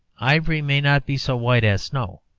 ivory may not be so white as snow,